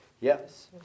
Yes